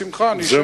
בשמחה אשב אתו.